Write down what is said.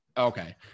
okay